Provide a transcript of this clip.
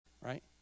Right